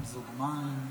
אדוני השר,